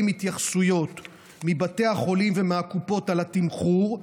התייחסויות מבתי החולים ומהקופות על התמחור,